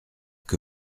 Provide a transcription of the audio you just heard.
que